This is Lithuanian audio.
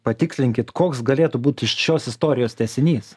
patikslinkit koks galėtų būti iš šios istorijos tęsinys